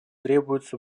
требуется